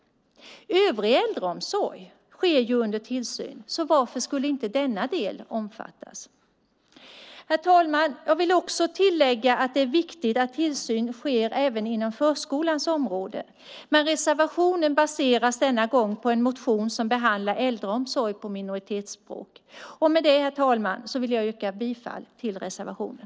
Övrig äldreomsorg sker ju under tillsyn, så varför skulle inte denna del omfattas? Herr talman! Jag vill också tillägga att det är viktigt att tillsyn sker även på förskolans område, men reservationen baseras denna gång på en motion som behandlar äldreomsorg på minoritetsspråk. Med det, herr talman, vill jag yrka bifall till reservationen.